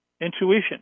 Intuition